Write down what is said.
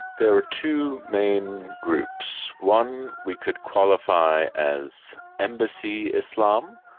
there were two main groups, one we could qualify as embassy islam,